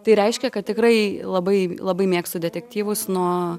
tai reiškia kad tikrai labai labai mėgstu detektyvus nuo